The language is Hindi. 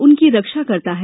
उनकी रक्षा करता है